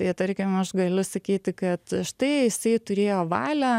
tai tarkim aš galiu sakyti kad štai jisai turėjo valią